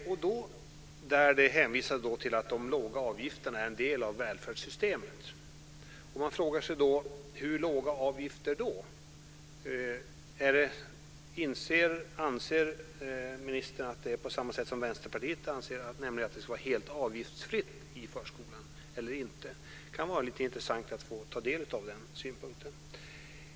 Man hänvisar till att de låga avgifterna är en del av välfärdssystemet. Man frågar sig då: Hur låga avgifter? Anser ministern på samma sätt som Vänsterpartiet, nämligen att det ska vara helt avgiftsfritt i förskolan, eller inte? Det kan vara intressant att ta del av den synpunkten.